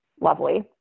lovely